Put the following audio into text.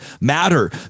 matter